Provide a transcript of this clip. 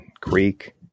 creek